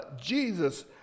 Jesus